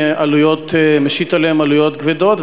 משית עליהם עלויות כבדות,